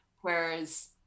whereas